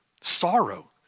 Sorrow